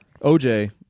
OJ